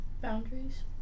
boundaries